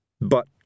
But